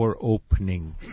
opening